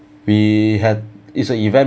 we had it's a event